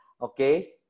okay